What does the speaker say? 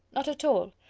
not at all.